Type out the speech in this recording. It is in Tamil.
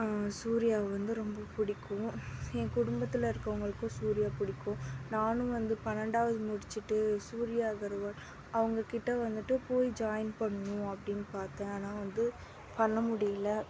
சூர்யாவை வந்து ரொம்ப பிடிக்கும் என் குடும்பத்தில் இருக்கிறவங்களுக்கும் சூர்யா பிடிக்கும் நானும் வந்து பன்னெண்டாவது முடிச்சிட்டு சூர்யா அகர்வால் அவங்க கிட்டே வந்துட்டு போய் ஜாயின் பண்ணணும் அப்படின் பார்த்தேன் ஆனால் வந்து பண்ண முடியல